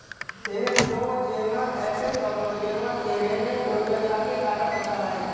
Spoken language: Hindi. यह नोज़ेमा एपिस और नोज़ेमा सेरेने प्रोटोज़ोआ के कारण होता है